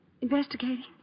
Investigating